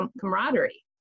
camaraderie